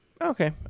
Okay